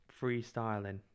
freestyling